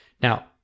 Now